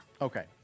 Okay